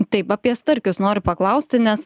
taip apie starkius noriu paklausti nes